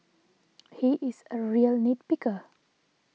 he is a real nit picker